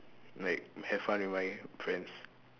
like have fun with my friends